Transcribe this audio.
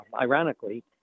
Ironically